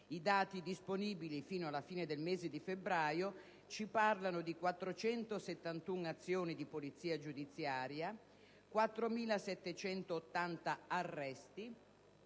I dati disponibili fino alla fine del mese di febbraio rilevano 471 azioni di polizia giudiziaria, 4.780 arresti